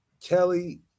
Kelly